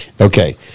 Okay